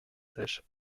sèches